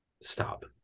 stop